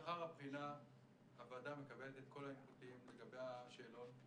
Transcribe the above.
לאחר הבחינה הוועדה מקבלת את כל ה-inputs לגבי השאלון.